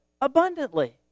abundantly